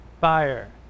fire